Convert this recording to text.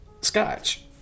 Scotch